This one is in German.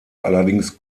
allerdings